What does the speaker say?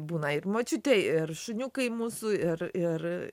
būna ir močiutė ir šuniukai mūsų ir ir